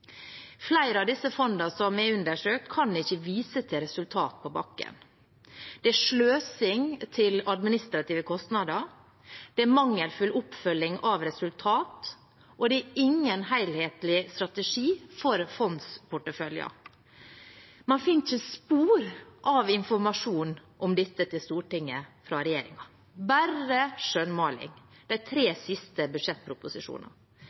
Flere av de fondene som er undersøkt, kan ikke vise til resultater på bakken. Det er sløsing til administrative kostnader, det er mangelfull oppfølging av resultater, og det er ingen helhetlig strategi for fondsporteføljen. Man finner ikke spor av informasjon om dette til Stortinget fra regjeringen, bare skjønnmaling i de tre